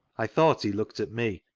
i thought he looked at me,